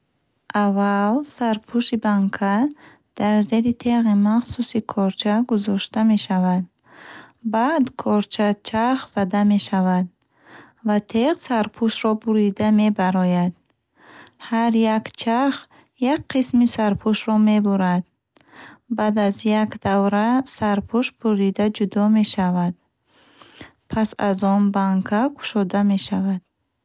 Аввал сарпӯши банка дар зери теғи махсуси кордча гузошта мешавад. Баъд кордча чарх зада мешавад, ва теғ сарпӯшро бурида мебарояд. Ҳар як чарх як қисми сарпӯшро мебурад. Баъд аз як давра, сарпӯш бурида ҷудо мешавад. Пас аз он, банка кушода мешавад.